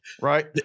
Right